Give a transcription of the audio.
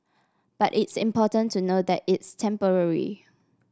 but it's important to know that it's temporary